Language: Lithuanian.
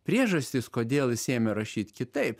priežastys kodėl jis ėmė rašyt kitaip